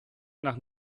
nach